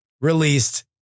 released